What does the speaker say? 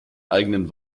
eigenen